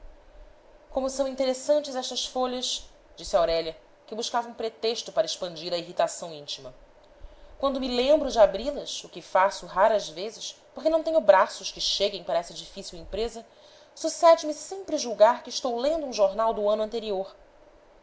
como são interessantes estas folhas disse aurélia que buscava um pretexto para expandir a irritação íntima quando me lembro de abri las o que faço raras vezes porque não tenho braços que cheguem para essa difícil empresa sucede me sempre julgar que estou lendo um jornal do ano anterior